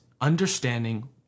understanding